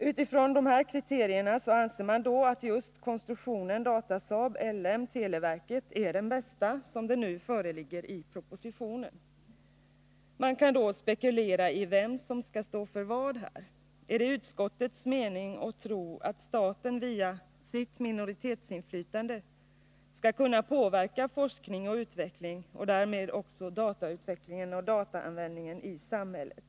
Utifrån dessa kriterier anser man att just konstruktionen Datasaab L M-televerket är den bästa, som den nu föreligger i propositionen. Man kan då spekulera i vem som skall stå för vad här. Är det utskottets mening att staten via sitt minoritetsinflytande skall kunna påverka forskning och utveckling och därmed också datautvecklingen och dataanvändningen i samhället?